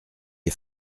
est